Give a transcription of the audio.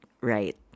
right